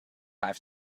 five